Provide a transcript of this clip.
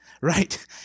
right